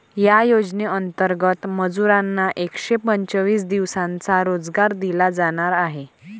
या योजनेंतर्गत मजुरांना एकशे पंचवीस दिवसांचा रोजगार दिला जाणार आहे